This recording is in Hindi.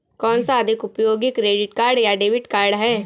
कौनसा अधिक उपयोगी क्रेडिट कार्ड या डेबिट कार्ड है?